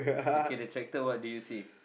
okay the tractor what do you say